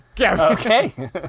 Okay